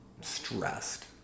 stressed